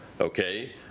Okay